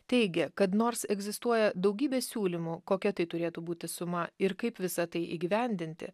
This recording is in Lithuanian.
teigia kad nors egzistuoja daugybė siūlymų kokia tai turėtų būti suma ir kaip visa tai įgyvendinti